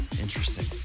Interesting